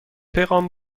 پیغام